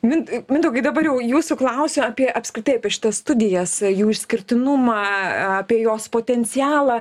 mindaugai dabar jau jūsų klausiu apie apskritai apie šitas studijas jų išskirtinumą apie jos potencialą